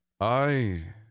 I